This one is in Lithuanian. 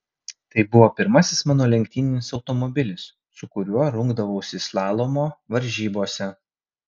tai buvo pirmasis mano lenktyninis automobilis su kuriuo rungdavausi slalomo varžybose